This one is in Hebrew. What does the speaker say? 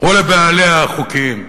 או לבעליה החוקיים,